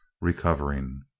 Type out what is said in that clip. recovering